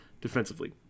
defensively